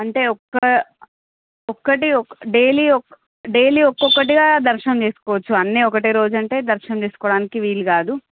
అంటే ఒక్క ఒకటి డైలీ ఒక్కొక్కటిగా దర్శనం చేసుకోవచ్చు అన్ని ఒకటే రోజు అంటే దర్శనం చేసుకోవడానికి వీలుకాదు